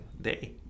day